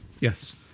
Yes